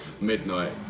Midnight